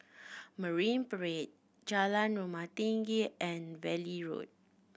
Marine Parade Jalan Rumah Tinggi and Valley Road